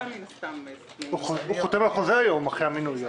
הוא חותם על חוזה אחרי המינוי.